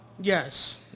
yes